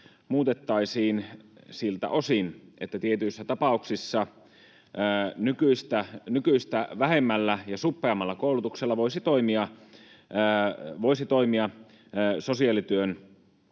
muutettaisiin siltä osin, että tietyissä tapauksissa nykyistä vähemmällä ja suppeammalla koulutuksella voisi toimia sosiaalityön